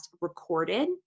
recorded